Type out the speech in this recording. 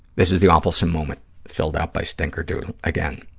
this is the awfulsome moment filled out by stinkerdoodle, again,